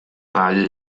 dau